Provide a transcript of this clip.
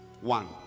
One